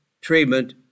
treatment